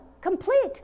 complete